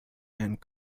and